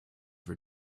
her